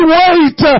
wait